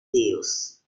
videos